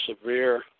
severe